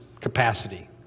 capacity